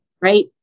right